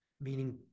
meaning